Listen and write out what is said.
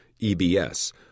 EBS